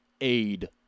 Aid